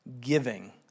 giving